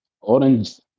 orange